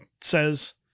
says